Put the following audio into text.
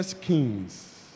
Kings